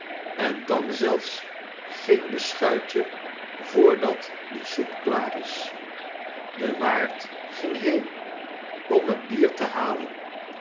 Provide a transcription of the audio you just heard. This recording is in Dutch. en dan zelfs geen beschuitje voordat de soep klaar is de waard ging heen om het bier te halen